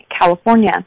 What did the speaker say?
California